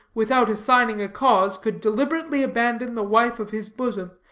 without assigning a cause, could deliberately abandon the wife of his bosom,